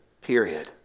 period